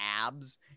abs